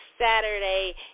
Saturday